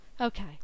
Okay